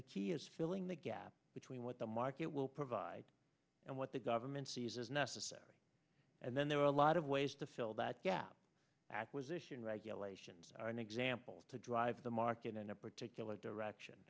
the key is filling the gap between what the market will provide and what the government sees as necessary and then there are a lot of ways to fill that gap acquisition regulations are an example to drive the market in a particular direction